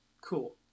Cool